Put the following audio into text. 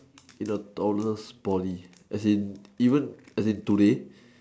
in a tallest Poly as in even as in today